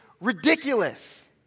ridiculous